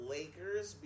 Lakers